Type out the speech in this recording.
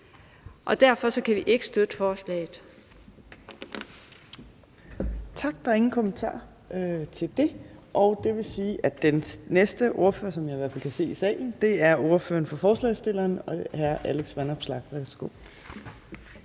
næstformand (Trine Torp): Tak. Der er ingen kommentarer til det. Det vil sige, at den næste ordfører, som jeg i hvert fald kan se i salen, er ordføreren for forslagsstillerne, hr. Alex Vanopslagh.